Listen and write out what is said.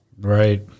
right